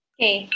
Okay